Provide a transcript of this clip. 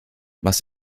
was